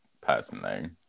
personally